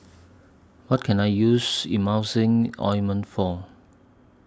What Can I use Emulsying Ointment For